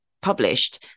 published